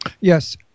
Yes